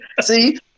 See